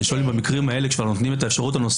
בהרבה מקרים אנו נפגשים.